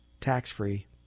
Tax-free